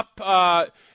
up